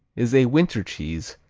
is a winter cheese,